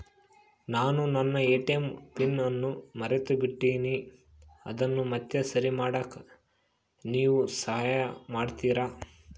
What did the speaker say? ನಾನು ನನ್ನ ATM pin ಅನ್ನು ಮರೆತುಬಿಟ್ಟೇನಿ ಅದನ್ನು ಮತ್ತೆ ಸರಿ ಮಾಡಾಕ ನೇವು ಸಹಾಯ ಮಾಡ್ತಿರಾ?